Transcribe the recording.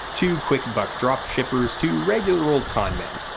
to quick buck dropshippers, to regular old conmen.